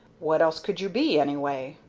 what else could you be, anyway?